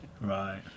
right